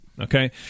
okay